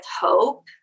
hope